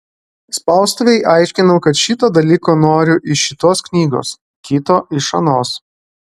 spaustuvei aiškinau kad šito dalyko noriu iš šitos knygos kito iš anos